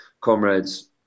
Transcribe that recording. Comrades